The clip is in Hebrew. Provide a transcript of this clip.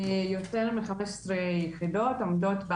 יותר מחמש עשרה יחידות עומדות,